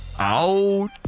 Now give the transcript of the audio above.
Out